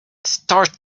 start